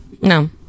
No